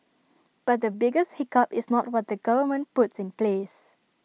but the biggest hiccup is not what the government puts in place